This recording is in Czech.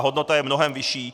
Hodnota je mnohem vyšší.